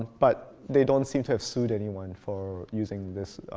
but they don't seem to have sued anyone for using this,